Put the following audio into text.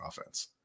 offense